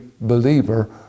believer